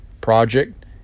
project